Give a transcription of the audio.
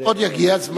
עוד יגיע זמנו.